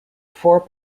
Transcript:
four